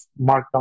markdown